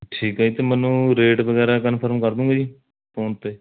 ਠੀਕ ਹੈ ਅਤੇ ਮੈਨੂੰ ਰੇਟ ਵਗੈਰਾ ਕਨਫਰਮ ਕਰ ਦੂੰਗੇ ਜੀ ਫੋਨ 'ਤੇ